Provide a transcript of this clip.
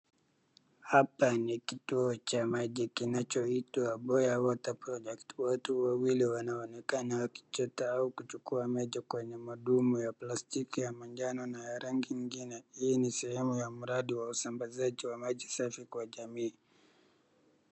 Hapa ni kituo cha maji kinachoitwa BOYA WATER PROJECT.Watu wawili wanaonekana wakichota au kuchukua maji kwenye madumu ya plastiki ya majano ya rangi ingine. Hii ni sehemu ya mradi wa usambazaji wa maji safi kwa jamii.